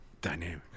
Dynamic